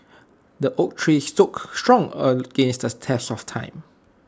the oak tree stood strong against the test of time